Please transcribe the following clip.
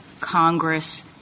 Congress —